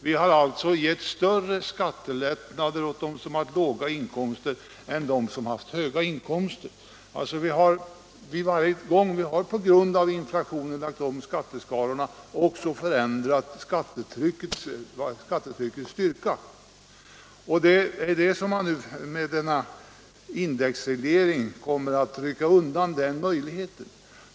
Vi har givit större skattelättnader åt dem som har låga inkomster än åt dem som har höga inkomster. Varje gång som vi på grund av inflationen har lagt om skatteskalorna har vi också förändrat skattetryckets styrka. Indexregleringen kommer att rycka undan den möjligheten.